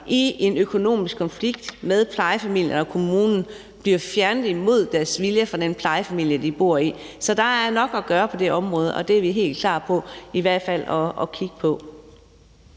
i en økonomisk konflikt med plejefamilie og kommune bliver fjernet imod deres vilje fra den plejefamilie, de bor hos. Så der er nok at gøre på det område, og det er vi helt klar på i hvert fald at kigge på.